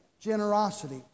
generosity